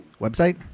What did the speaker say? Website